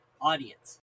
audience